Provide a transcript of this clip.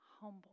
humble